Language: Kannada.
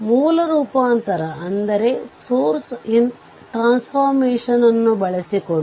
ಮೊದಲು ಈ RL ಅನ್ನು ಟರ್ಮಿನಲ್ 1 ಮತ್ತು 2 ರಿಂದ ತೆರೆಯಬೇಕು